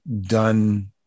done